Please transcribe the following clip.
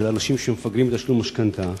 של אנשים שמפגרים בתשלום משכנתה,